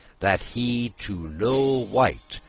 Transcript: that he to no wight,